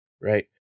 right